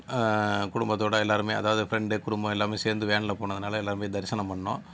குடும்பத்தோடு எல்லோருமே அதாவது ஃப்ரெண்டு குடும்பம் எல்லாமே சேர்ந்து வேனில் போனதினால எல்லோரும் போய் தரிசனம் பண்ணோம்